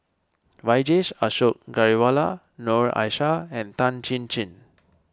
Vijesh Ashok Ghariwala Noor Aishah and Tan Chin Chin